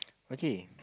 okay